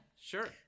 sure